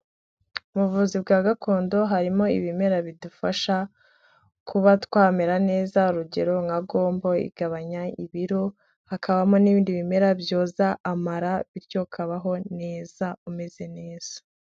Mu buvuzi bwa gakondo harimo ibimera bidufasha kuba twamera neza, urugero nka gombo igabanya ibiro, hakabamo n'ibindi bimera byoza amara bityo kabaho neza, umeze neza.